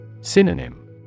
Synonym